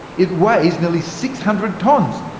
it weighs nearly six hundred tonnes,